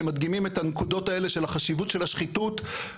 שמדגימים את הנקודות האלה של החשיבות של השחיתות,